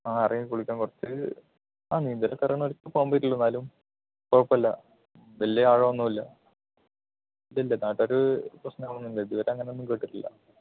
ആ അറിയാം കുളിക്കാൻ കുറച്ച് ആ നീന്തലോക്കെ അറിയാവുന്നവർക്ക് പോകാം പറ്റുള്ളു എന്നാലും കുഴപ്പമില്ല വലിയ ആഴമൊന്നും ഇല്ല നാട്ടുകാർ പ്രശ്നങ്ങളൊന്നും ഉണ്ടാക്കില്ല ഇതുവരെ അങ്ങാനൊന്നും കേട്ടട്ടില്ല